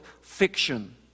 fiction